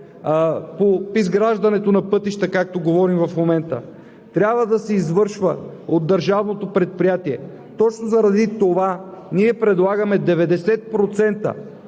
по изграждането на пътища, както говорим в момента, трябва да се извършва от държавното предприятие. Точно заради това ние предлагаме 90%